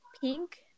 pink